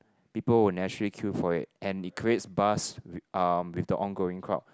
people will naturally queue for it and it creates buzz um with the ongoing crowd